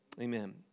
Amen